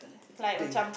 like machiam